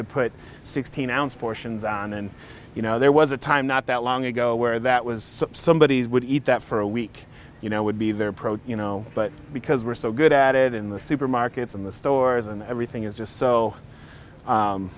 to put sixteen ounce portions on and you know there was a time not that long ago where that was somebody would eat that for a week you know would be their approach you know but because we're so good at it in the supermarkets in the stores and everything is just so